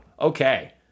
Okay